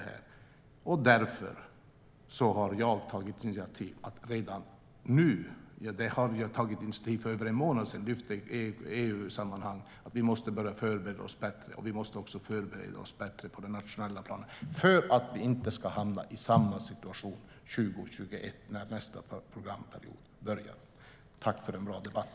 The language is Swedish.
För en månad sedan tog jag initiativ till och lyfte upp i EU-sammanhang att vi måste förbereda oss bättre, även på det nationella planet, för att vi inte ska hamna i samma situation 2021 när nästa programperiod börjar. Tack för en bra debatt!